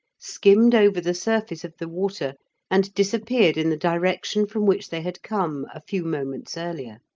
skimmed over the surface of the water and disappeared in the direction from which they had come a few moments earlier.